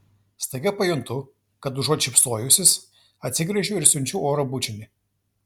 staiga pajuntu kad užuot šypsojusis atsigręžiu ir siunčiu oro bučinį